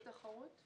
רשות התחרות?